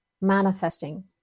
manifesting